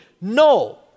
no